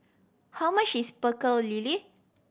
how much is Pecel Lele